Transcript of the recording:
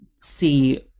see